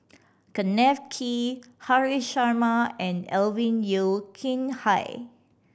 Kenneth Kee Haresh Sharma and Alvin Yeo Khirn Hai